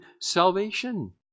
salvation